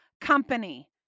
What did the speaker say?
company